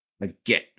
again